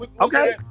Okay